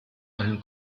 einem